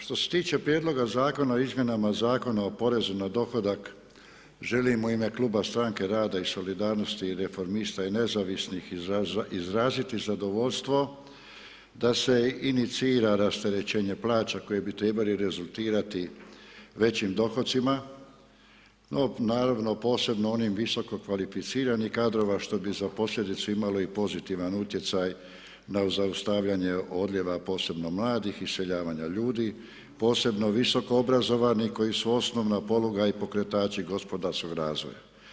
Što se tiče Prijedloga zakona o Izmjenama zakona o porezu na dohodak, želim u ime kluba Stranke rada i solidarnosti i Reformista i nezavisnih izraziti zadovoljstvo da se inicira rasterećenje plaća koje bi trebale rezultirati većim dohocima, naravno posebno onih visokokvalificiranih kadrova što bi za posljedicu imalo i pozitivan utjecaj na zaustavljanje odljeva posebno mladih, iseljavanja ljudi, posebno visokoobrazovanih koji su osnovna poluga i pokretači gospodarskog razvoja.